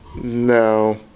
No